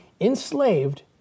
enslaved